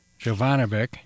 Jovanovic